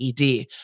ED